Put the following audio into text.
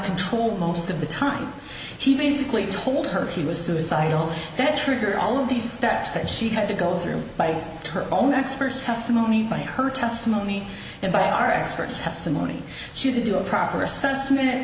control most of the time he basically told her he was suicidal that triggered all of the steps that she had to go through by her own experts testimony by her testimony and by our experts testimony she did do a proper